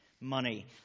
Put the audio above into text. money